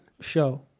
show